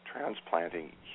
transplanting